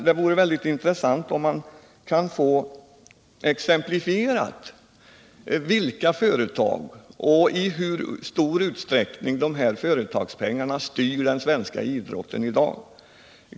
Det vore mycket intressant om man kunde få exemplifierat vilka företag det gäller och i hur stor utsträckning dessa företags pengar styr den svenska idrotten i dag.